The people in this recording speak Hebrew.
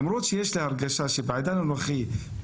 למרות שיש לי הרגשה שבעידן הנוכחי,